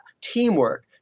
teamwork